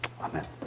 Amen